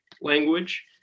language